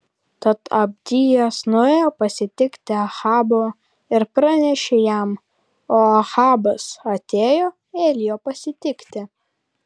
tad abdijas nuėjo pasitikti ahabo ir pranešė jam o ahabas atėjo elijo pasitikti